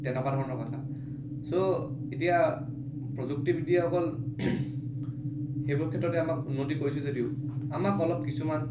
তেনেকুৱা ধৰণৰ কথা চ' এতিয়া প্ৰযুক্তিবিদ্যা অকল সেইবোৰৰ ক্ষেত্ৰতে আমাক উন্নতি কৰিছে যদিও আমাক অলপ কিছুমান